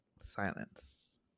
silence